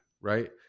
right